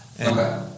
Okay